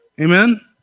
Amen